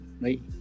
right